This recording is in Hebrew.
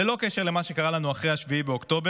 ללא קשר למה שקרה לנו אחרי 7 באוקטובר,